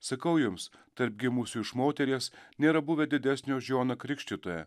sakau jums tarp gimusių iš moteries nėra buvę didesnio už joną krikštytoją